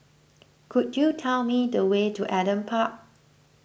could you tell me the way to Adam Park